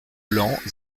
blanc